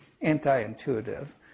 anti-intuitive